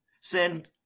send